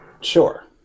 Sure